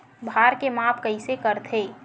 भार के माप कइसे करथे?